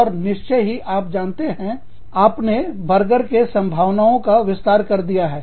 और निश्चय ही आप जानते हैं आपने अपने बर्गर के संभावनाओं का विस्तार कर दिया है